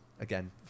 again